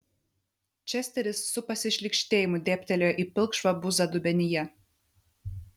česteris su pasišlykštėjimu dėbtelėjo į pilkšvą buzą dubenyje